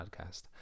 podcast